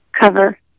cover